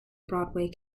broadway